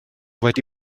wedi